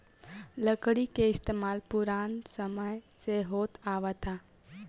लकड़ी के इस्तमाल पुरान समय से होत आवता